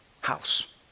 house